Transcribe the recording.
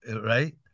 right